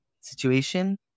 situation